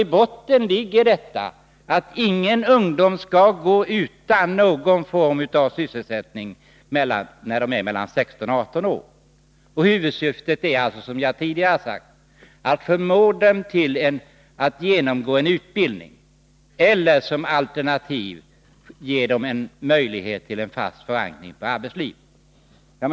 I botten ligger att ingen ungdom mellan 16 och 18 år skall gå utan någon form av sysselsättning. Huvudsyftet är, som jag tidigare sagt, att förmå ungdomarna att genomgå en utbildning eller alternativt att ge dem en fast förankring i arbetslivet.